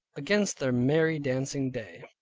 against their merry dancing day.